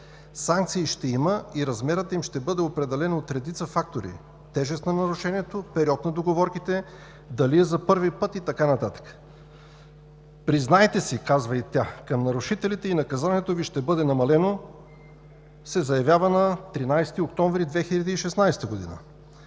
Санкции ще има и размерът им ще бъде определен от редица фактори – тежест на нарушението, период на договорките, дали е за първи път и така нататък“. „Признайте си – казва тя към нарушителите, и наказанието Ви ще бъде намалено“, се заявява на 13 октомври 2016 г.